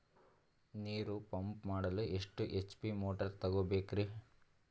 ನೀರು ಪಂಪ್ ಮಾಡಲು ಎಷ್ಟು ಎಚ್.ಪಿ ಮೋಟಾರ್ ತಗೊಬೇಕ್ರಿ?